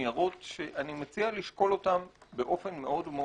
ניירות שאני מציע לשקול אותם באופן מאוד מאוד